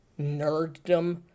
nerddom